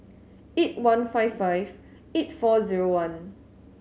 eight one five five eight four zero one